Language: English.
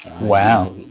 Wow